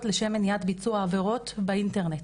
לשם מניעת ביצוע עבירות באינטרנט,